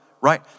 right